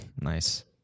nice